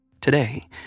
Today